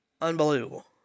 Unbelievable